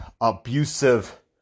abusive